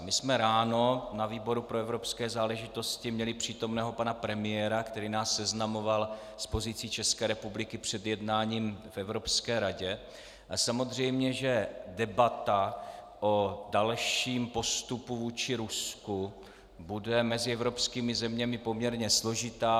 My jsme ráno na výboru pro evropské záležitosti měli přítomného pana premiéra, který nás seznamoval s pozicí České republiky před jednáním v Evropské radě, a samozřejmě že debata o dalším postupu vůči Rusku bude mezi evropskými zeměmi poměrně složitá.